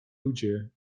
ludzie